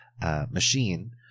machine